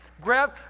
Grab